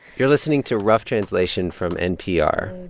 you're listening to rough translation from npr